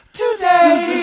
today